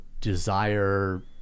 desire